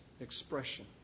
expression